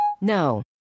No